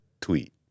tweet